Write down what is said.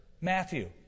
Matthew